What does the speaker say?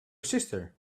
sister